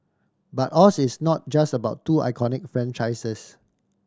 but Oz is not just about two iconic franchises